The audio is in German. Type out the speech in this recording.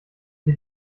die